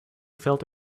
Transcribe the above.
felt